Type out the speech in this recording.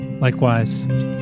likewise